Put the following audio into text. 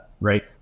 right